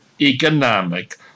economic